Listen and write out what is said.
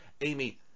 Amy